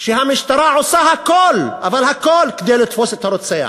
שהמשטרה עושה הכול, אבל הכול, כדי לתפוס את הרוצח.